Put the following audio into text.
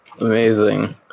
Amazing